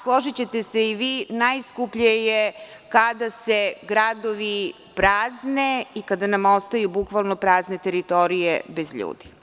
Složićete se i vi, najskuplje je kada se gradovi prazne i kada nam ostaju bukvalno prazne teritorije bez ljudi.